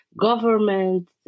government